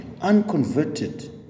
unconverted